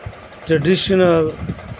traditional